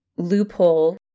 loophole